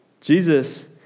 Jesus